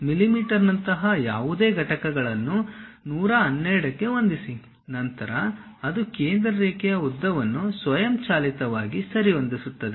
ಮಿಲಿಮೀಟರ್ನಂತಹ ಯಾವುದೇ ಘಟಕಗಳನ್ನು 112 ಗೆ ಹೊಂದಿಸಿ ನಂತರ ಅದು ಕೇಂದ್ರ ರೇಖೆಯ ಉದ್ದವನ್ನು ಸ್ವಯಂಚಾಲಿತವಾಗಿ ಸರಿಹೊಂದಿಸುತ್ತದೆ